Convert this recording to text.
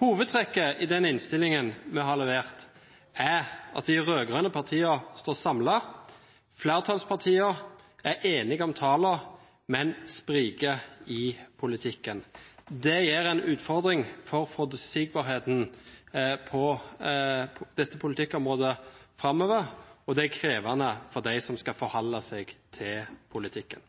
Hovedtrekket i den innstillingen vi har levert, er at de rød-grønne partiene står samlet, at flertallspartiene er enige om tallene, men spriker i politikken. Det gir en utfordring for forutsigbarheten på dette politikkområdet framover, og det er krevende for dem som skal forholde seg til politikken.